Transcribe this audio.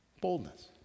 Boldness